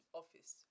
office